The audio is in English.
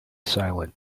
silent